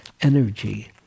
Energy